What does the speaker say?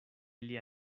lia